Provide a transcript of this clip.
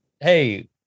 hey